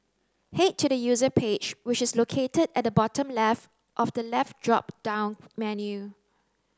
head to the User page which is located at the bottom left of the left drop down menu